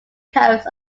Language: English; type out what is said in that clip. coast